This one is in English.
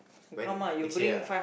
when next year ah